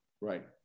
Right